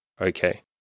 okay